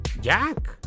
Jack